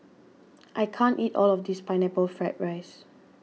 I can't eat all of this Pineapple Fried Rice